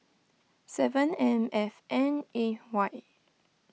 seven M F N A Y